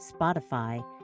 Spotify